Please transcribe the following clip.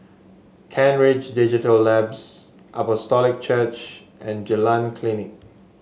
Kent Ridge Digital Labs Apostolic Church and Jalan Klinik